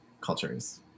cultures